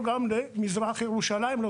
נתנו תקנים במזרח ירושלים באמצעות העירייה,